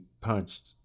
punched